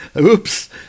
Oops